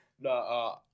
No